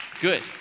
Good